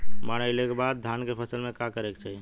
बाढ़ आइले के बाद धान के फसल में का करे के चाही?